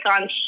on